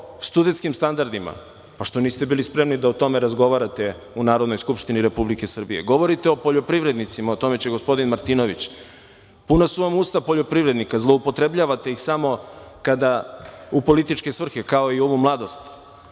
o studentskim standardima. Zašto niste bili spremni da o tome razgovarate u Narodnoj skupštini Republike Srbije? Govorite o poljoprivrednicima, o tome će više gospodin Marinković, puna su vam usta poljoprivrednika, zloupotrebljavate ih samo u političke svrhe, kao i ovu mladost.